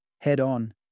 head-on